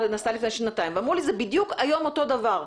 לפני שנתיים והם אמרו שהיום זה בדיוק אותו דבר.